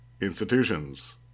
Institutions